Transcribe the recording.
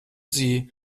sie